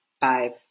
five